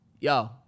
Yo